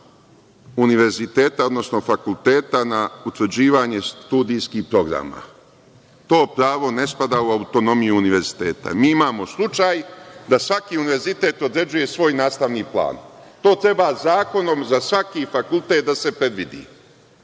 univerziteta, odnosno fakulteta na utvrđivanje studijskih programa. To pravo ne spada u autonomiju univerziteta. Mi imamo slučaj da svaki univerzitet određuje svoj nastavni plan. To treba zakonom za svaki fakultet da se predvidi,